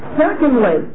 Secondly